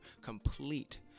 complete